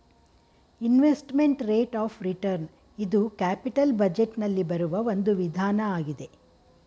investment rate of return ಇದು capital budget ನಲ್ಲಿ ಬರುವ ಒಂದು ವಿಧಾನ ಆಗಿದೆ